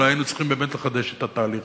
אולי היינו צריכים לחדש את התהליך.